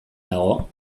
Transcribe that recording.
dago